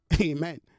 Amen